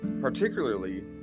particularly